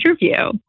interview